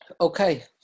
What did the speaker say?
Okay